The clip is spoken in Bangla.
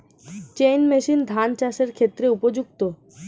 চেইন মেশিন ধান চাষের ক্ষেত্রে উপযুক্ত?